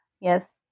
Yes